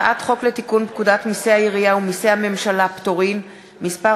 הצעת חוק לתיקון פקודת מסי העירייה ומסי הממשלה (פטורין) (מס'